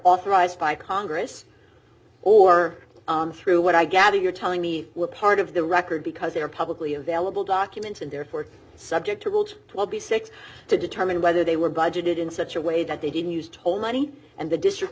authorized by congress or through what i gather you're telling me what part of the record because they are publicly available documents and therefore subject to route twenty six to determine whether they were budgeted in such a way that they didn't used all money and the district